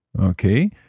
Okay